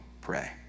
pray